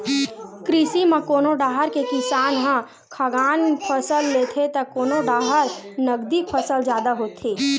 कृषि म कोनो डाहर के किसान ह खाद्यान फसल लेथे त कोनो डाहर नगदी फसल जादा होथे